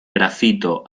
grafito